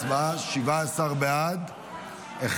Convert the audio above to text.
להצבעה על